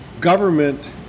government